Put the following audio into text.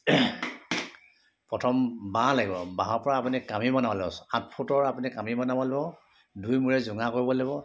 প্ৰথম বাঁহ লাগিব বাঁহৰ পৰা আপুনি কামি বনাব লাগিব আঠ ফুটৰ আপুনি কামি বনাব লাগিব দুইমূৰে জোঙা কৰিব লাগিব